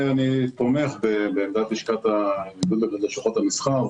אני תומך בעמדת איגוד לשכות המסחר,